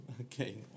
Okay